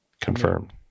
confirmed